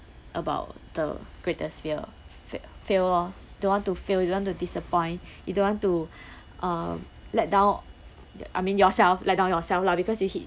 about the greatest fear fa~ fail orh don't want to fail you don't want to disappoint you don't want to um let down I mean yourself let down yourself lah because you hit